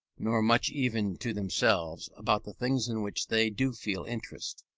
nor much even to themselves, about the things in which they do feel interest,